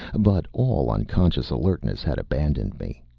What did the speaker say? but all unconscious alertness had abandoned me.